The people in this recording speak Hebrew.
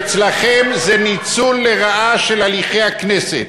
אצלכם זה ניצול לרעה של הליכי הכנסת,